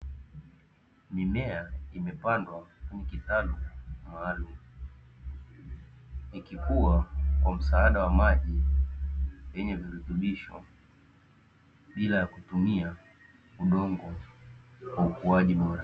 Mimea imepandwa kwenye kitalu maalumu, ikikuwa kwa msaada wa maji yenye virutubisho bila ya kutumia udongo kwa ukuaji bora.